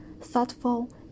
thoughtful